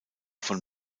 von